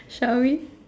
shall we